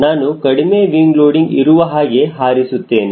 ನಾನು ಕಡಿಮೆ wing loading ಇರುವ ಹಾಗೆ ಹಾರಿಸುತ್ತೇನೆ